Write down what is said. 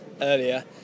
earlier